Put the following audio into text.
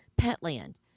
Petland